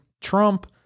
Trump